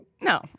No